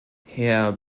herr